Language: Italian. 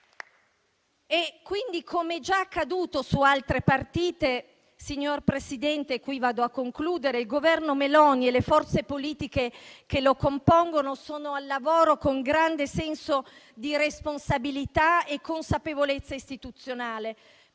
concludendo, come già accaduto su altre partite, il Governo Meloni e le forze politiche che lo compongono sono al lavoro, con grande senso di responsabilità e consapevolezza istituzionale,